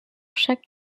chaque